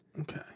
Okay